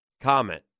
comment